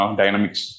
dynamics